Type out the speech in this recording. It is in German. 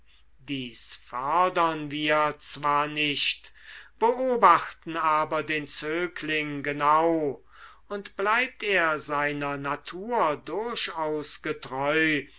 dies fördern wir zwar nicht beobachten aber den zögling genau und bleibt er seiner natur durchaus getreu